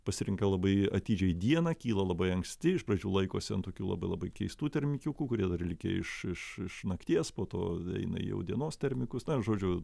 pasirinkę labai atidžiai dieną kyla labai anksti iš pradžių laikosi ant tokių labai labai keistų termikiukų kurie likę iš iš iš nakties po to eina jau į dienos termikus na žodžiu